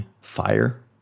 fire